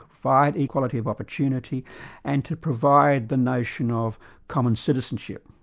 provide equality of opportunity and to provide the notion of common citizenship.